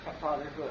fatherhood